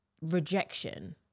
rejection